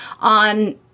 on